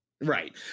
right